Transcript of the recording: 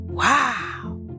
Wow